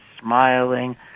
smiling